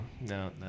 no